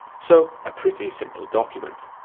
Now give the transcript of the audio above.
so a pretty simple document,